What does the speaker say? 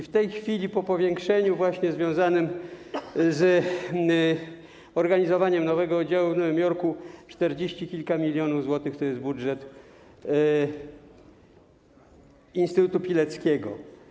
W tej chwili, właśnie po powiększeniu związanym z organizowaniem nowego oddziału w Nowym Jorku, czterdzieści kilka milionów złotych wynosi budżet instytutu Pileckiego.